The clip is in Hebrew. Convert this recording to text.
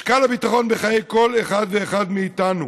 משקל הביטחון בחיי כל אחד ואחד מאיתנו.